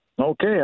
Okay